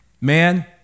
Man